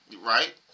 Right